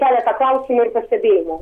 keletą klausimų ir pastebėjimų